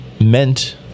meant